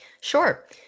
Sure